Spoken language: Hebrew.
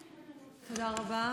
תודה רבה.